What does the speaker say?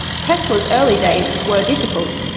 tesla's early days were difficult.